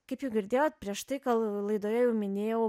kaip jau girdėjot prieš tai gal laidoje jau minėjau